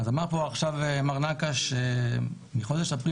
אז אמר פה עכשיו מר נקש שמאז חודש אפריל